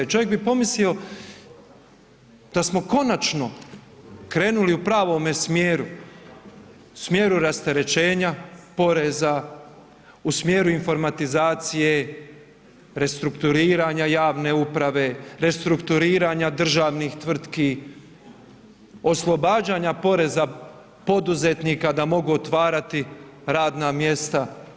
Čovjek bi pomislio da smo konačno krenuli u pravome smjeru, smjeru rasterećenja poreza u smjeru informatizacije, restrukturiranja javne uprave, restrukturiranje državnih tvrtki, oslobađanja poreza poduzetnika da mogu otvarati radna mjesta.